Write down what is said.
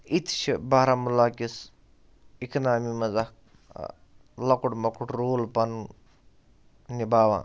یِتہِ چھِ بارہمُلہ کِس اِکنامی منٛز اَکھ لۄکُٹ مۄکُٹ رول پَنُن نِباوان